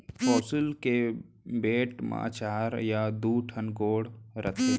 पौंसुल के बेंट म चार या दू ठन गोड़ रथे